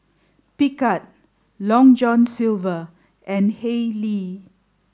Picard Long John Silver and Haylee